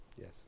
Yes